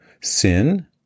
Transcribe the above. sin